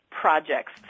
projects